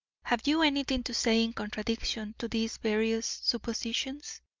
have you anything to say in contradiction to these various suppositions?